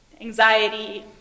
anxiety